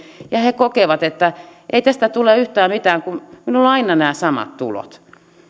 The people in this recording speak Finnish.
ja he kokevat että ei tästä tule yhtään mitään kun minulla on aina nämä samat tulot